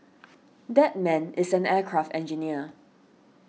that man is an aircraft engineer